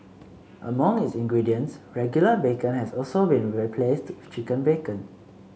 among its ingredients regular bacon has also been replaced with chicken bacon